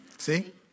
See